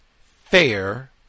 fair